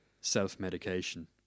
self-medication